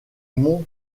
monts